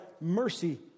mercy